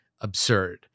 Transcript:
absurd